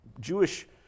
Jewish